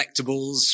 collectibles